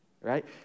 right